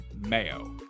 MAYO